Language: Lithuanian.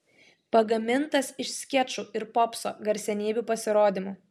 pagamintas iš skečų ir popso garsenybių pasirodymų